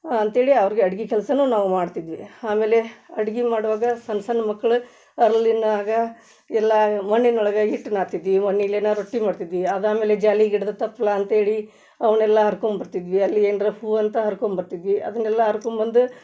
ಅಂತ್ಹೇಳಿ ಅವ್ರಿಗೆ ಅಡ್ಗೆ ಕೆಲಸನೂ ನಾವು ಮಾಡ್ತಿದ್ವಿ ಆಮೇಲೆ ಅಡ್ಗೆ ಮಾಡುವಾಗ ಸಣ್ ಸಣ್ ಮಕ್ಳು ಅರ್ಳಿನಾಗ ಎಲ್ಲ ಮಣ್ಣಿನೊಳ್ಗೆ ಹಿಟ್ಟು ನಾದ್ತಿದ್ದಿ ಮಣ್ಣಲ್ಲೇನ ರೊಟ್ಟಿ ಮಾಡ್ತಿದ್ದಿ ಅದು ಆಮೇಲೆ ಜಾಲಿ ಗಿಡದ ತಪ್ಲು ಅಂತ್ಹೇಳಿ ಅವನ್ನೆಲ್ಲ ಹರ್ಕೊಂಡ್ಬರ್ತಿದ್ವಿ ಅಲ್ಲಿ ಏನರ ಹೂವಂತ ಹರ್ಕೊಂಡ್ಬರ್ತಿದ್ವಿ ಅದನ್ನೆಲ್ಲ ಹರ್ಕೊಂಬಂದ್